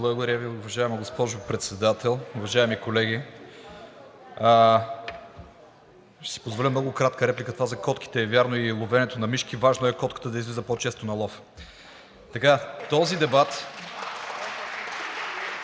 Благодаря Ви, уважаема госпожо Председател. Уважаеми колеги, ще си позволя много кратка реплика. Това за котките и ловенето на мишки е вярно, важно е котката да излиза по-често на лов.